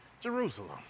Jerusalem